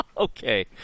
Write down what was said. Okay